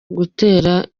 gutera